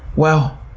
well,